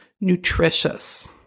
nutritious